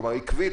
כלומר עקבית.